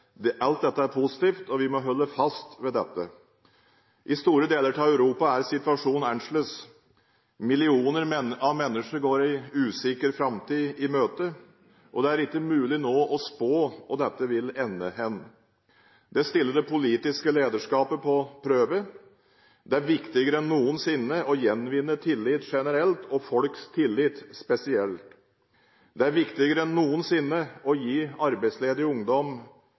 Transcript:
måte. Alt dette er positivt, og vi må holde fast ved dette. I store deler av Europa er situasjonen annerledes. Millioner av mennesker går en usikker framtid i møte, og det er ikke mulig nå å spå hvor dette vil ende. Det stiller det politiske lederskapet på prøve. Det er viktigere enn noensinne å gjenvinne tillit generelt og folks tillit spesielt. Det er viktigere enn noensinne å gi arbeidsledig ungdom